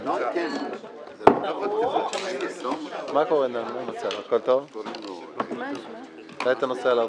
בחירת ממלא מקום ליושב-ראש הכנסת בהיעדרו מן הארץ.